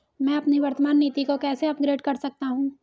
मैं अपनी वर्तमान नीति को कैसे अपग्रेड कर सकता हूँ?